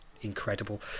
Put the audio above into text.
Incredible